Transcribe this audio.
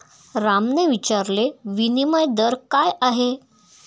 रामने विचारले, विनिमय दर काय आहे?